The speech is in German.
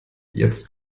jetzt